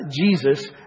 Jesus